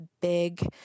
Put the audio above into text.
big